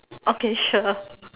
okay sure